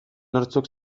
nortzuk